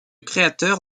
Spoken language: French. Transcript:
créateur